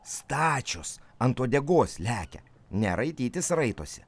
stačios ant uodegos lekia ne raitytis raitosi